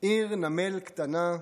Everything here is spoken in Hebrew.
עיר נמל קטנה,